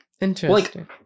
Interesting